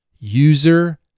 user